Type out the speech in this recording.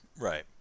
Right